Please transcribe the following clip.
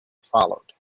followed